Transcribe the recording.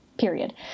period